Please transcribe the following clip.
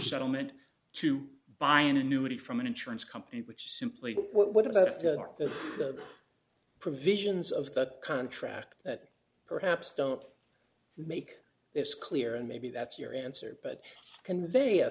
settlement to buy an annuity from an insurance company which simply what about the provisions of the contract that perhaps don't make this clear and maybe that's your answer but convey a